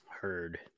Heard